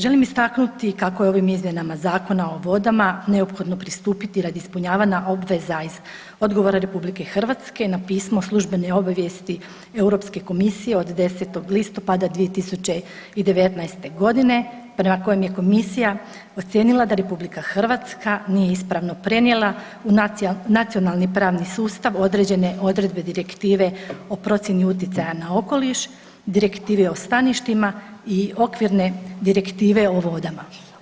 Želim istaknuti kako je ovim izmjenama Zakona o vodama neophodno pristupiti radi ispunjavanju obveza iz odgovora RH na pismo službene obavijesti Europske komisije od 10. listopada 2019.g. prema kojem je komisija ocijenila da RH nije ispravno prenijela u nacionalni pravni sustav određene odredbe Direktive o procjeni utjecaja na okoliš, Direktivi o staništima i Okvirne direktive o vodama.